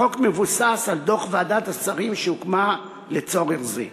החוק מבוסס על דוח ועדת השרים שהוקמה לצורך זה.